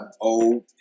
Old